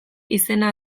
izena